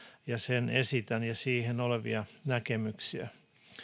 ja sen esitän ja siihen olevia näkemyksiä